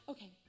Okay